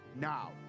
Now